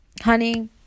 honey